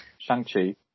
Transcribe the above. Shang-Chi